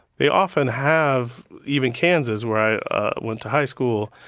they often have even kansas, where i went to high school,